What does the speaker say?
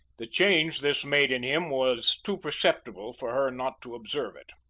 the change this made in him was too perceptible for her not to observe it.